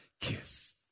kiss